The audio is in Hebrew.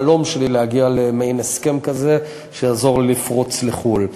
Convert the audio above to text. החלום שלי היה להגיע למעין הסכם כזה שיעזור לי לפרוץ לחו"ל.